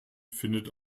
findet